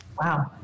wow